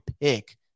pick